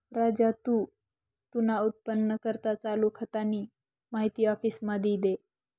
राजू तू तुना उत्पन्नना करता चालू खातानी माहिती आफिसमा दी दे